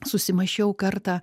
susimąsčiau kartą